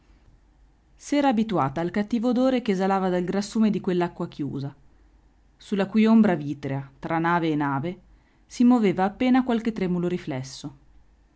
fuori s'era abituata al cattivo odore che esalava dal grassume di quell'acqua chiusa sulla cui ombra vitrea tra nave e nave si moveva appena qualche tremulo riflesso